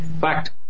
fact